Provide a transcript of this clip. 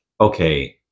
okay